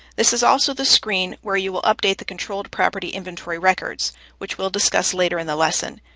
this is also the screen where you will update the controlled property inventory records which we'll discuss later in the lesson.